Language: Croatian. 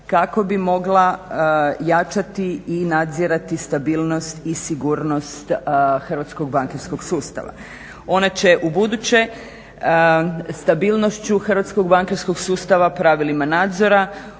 kako bi mogla jačati i nadzirati stabilnost i sigurnost hrvatskog bankarskog sustava. Ona će ubuduće stabilnošću hrvatskog bankarskog sustava, pravilima nadzora